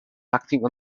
acting